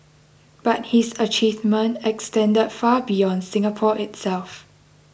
but his achievement extended far beyond Singapore itself